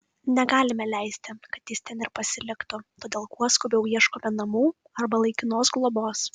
negalime leisti kad jis ten ir pasiliktų todėl kuo skubiau ieškome namų arba laikinos globos